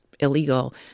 illegal